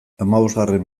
hamabosgarren